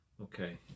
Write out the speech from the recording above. Okay